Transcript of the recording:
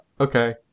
Okay